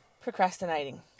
Procrastinating